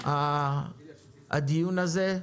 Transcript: הדיון הזה.